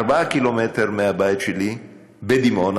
ארבעה קילומטרים מהבית שלי בדימונה,